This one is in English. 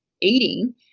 eating